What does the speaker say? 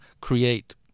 create